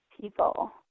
people